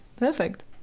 perfect